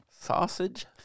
Sausage